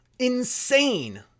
Insane